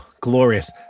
Glorious